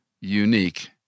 unique